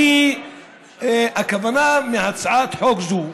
הכוונה בהצעת חוק זאת,